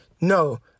No